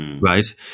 right